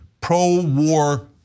pro-war